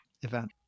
event